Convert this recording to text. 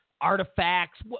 artifacts